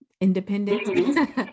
independent